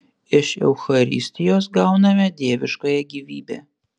iš eucharistijos gauname dieviškąją gyvybę